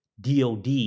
DOD